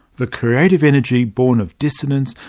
the creative energy born of dissidence,